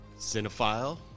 cinephile